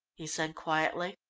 he said quietly,